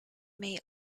may